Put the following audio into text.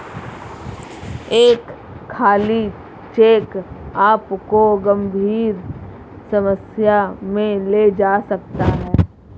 एक खाली चेक आपको गंभीर समस्या में ले जा सकता है